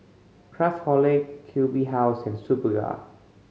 Craftholic Q B House and Superga